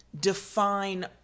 define